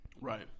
Right